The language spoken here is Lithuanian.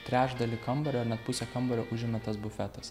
trečdalį kambario ar net pusę kambario užėmė tas bufetas